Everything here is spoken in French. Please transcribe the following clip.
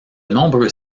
nombreux